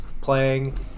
playing